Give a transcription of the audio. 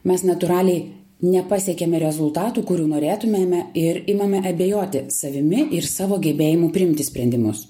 mes natūraliai nepasiekiame rezultatų kurių norėtumėme ir imame abejoti savimi ir savo gebėjimu priimti sprendimus